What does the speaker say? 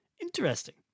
interesting